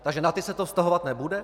Takže na ty se to vztahovat nebude?